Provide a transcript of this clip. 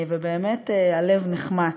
ובאמת, הלב נחמץ.